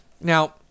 Now